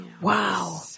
wow